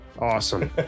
awesome